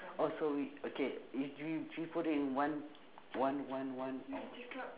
oh so we okay if w~ we put in one one one one one